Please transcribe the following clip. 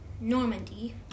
Normandy